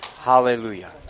Hallelujah